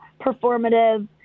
performative